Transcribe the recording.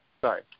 Sorry